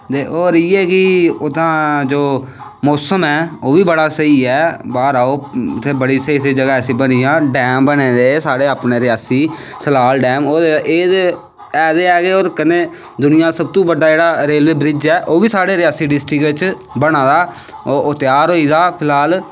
ते होर इयै कि उत्थें जो मौसम ऐ ओह् बी बड़ा स्हेई ऐ बड़ी बड़ी जगाहं ऐसियां बनी दियां डैम बने दे रियासी सलाल डैम एह् है ते ऐ गै कन्नै दुनियां दा जेह्का सारें बिच्च बड्डा रेलवे ब्रिज ऐ ओह् बीसाढ़े रियासी बने दा तेआर होई दा फिलहाल